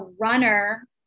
runner